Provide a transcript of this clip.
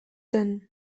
zen